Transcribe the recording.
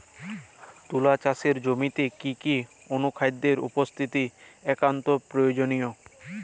তুলা চাষের জমিতে কি কি অনুখাদ্যের উপস্থিতি একান্ত প্রয়োজনীয়?